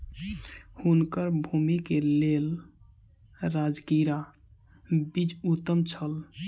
हुनकर भूमि के लेल राजगिरा बीज उत्तम छल